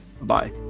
Bye